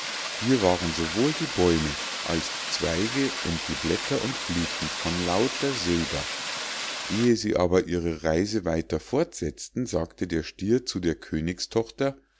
hier waren sowohl die bäume als die zweige und die blätter und blüthen von lauter silber ehe sie aber ihre reise weiter fortsetzten sagte der stier zu der königstochter